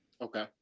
Okay